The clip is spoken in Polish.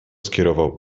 skierował